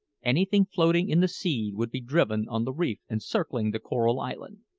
anything floating in the sea would be driven on the reef encircling the coral island.